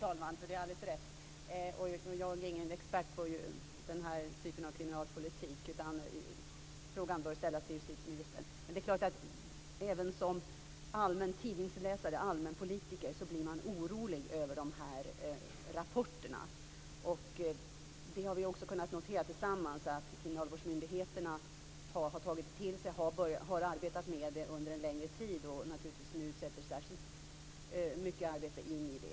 Fru talman! Jag är ingen expert på den här typen av kriminalpolitik. Frågan bör således ställas till justitieministern. Men det är klart att även som allmän tidningsläsare och allmänpolitiker blir man orolig över sådana här rapporter. Vi har tillsammans kunnat notera att kriminalvårdsmyndigheterna har tagit till sig detta och arbetat med det under en längre tid. Nu ägnas särskilt mycket arbete åt det här.